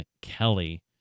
Kelly